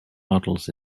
models